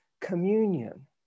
communion